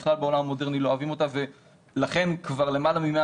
בכלל בעולם המודרני לא אוהבים אותה ולכן כבר למעלה מ-100